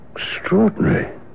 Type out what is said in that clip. Extraordinary